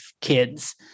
kids